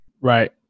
Right